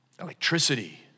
electricity